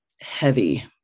heavy